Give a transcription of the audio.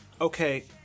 Okay